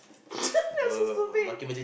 that's so stupid